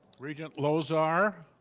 regent lozar,